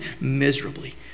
miserably